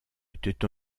était